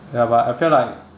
ya but I feel like